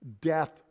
death